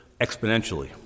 exponentially